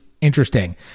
Interesting